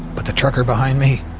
but the trucker behind me?